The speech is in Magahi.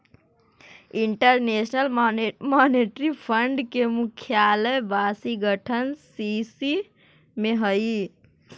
इंटरनेशनल मॉनेटरी फंड के मुख्यालय वाशिंगटन डीसी में हई